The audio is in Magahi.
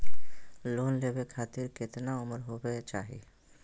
लोन लेवे खातिर केतना उम्र होवे चाही?